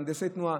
מהנדסי תנועה,